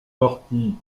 partie